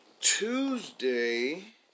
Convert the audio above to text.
Tuesday